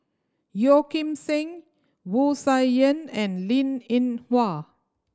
Yeo Kim Seng Wu Tsai Yen and Linn In Hua